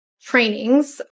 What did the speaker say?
trainings